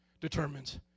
determines